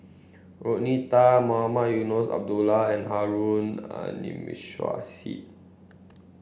Rodney Tan Mohamed Eunos Abdullah and Harun Aminurrashid